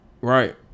right